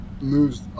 moves